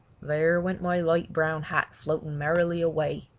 there went my light brown hat floating merrily away.